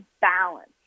balance